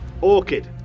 Orchid